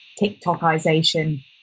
TikTokization